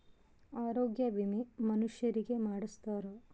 ಆರೊಗ್ಯ ವಿಮೆ ಮನುಷರಿಗೇ ಮಾಡ್ಸ್ತಾರ